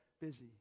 busy